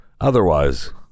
Otherwise